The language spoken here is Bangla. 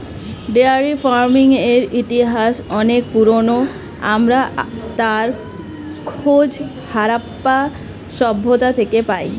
ডেয়ারি ফার্মিংয়ের ইতিহাস অনেক পুরোনো, আমরা তার খোঁজ হারাপ্পা সভ্যতা থেকে পাই